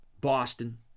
Boston